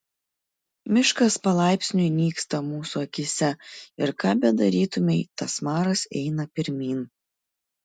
miškas palaipsniui nyksta mūsų akyse ir ką bedarytumei tas maras eina pirmyn